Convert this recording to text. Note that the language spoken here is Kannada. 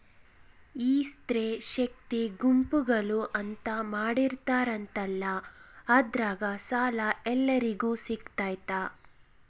ಈ ಸ್ತ್ರೇ ಶಕ್ತಿ ಗುಂಪುಗಳು ಅಂತ ಮಾಡಿರ್ತಾರಂತಲ ಅದ್ರಾಗ ಸಾಲ ಎಲ್ಲರಿಗೂ ಸಿಗತೈತಾ?